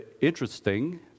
interesting